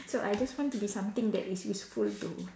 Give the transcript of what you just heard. so I just want to be something that is useful to